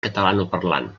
catalanoparlant